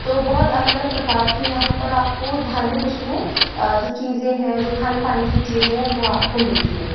तो बहुत अलग अलग प्रकार की यहाँ पर आपको धार्मिक उसमें जो चीज़ें हैं जो खान पान की चीज़ें है वो आपको मिलती हैं